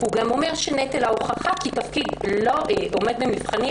הוא גם אמר ש"נטל ההוכחה כי תפקיד לא עומד במבחנים